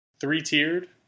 Three-tiered